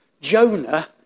Jonah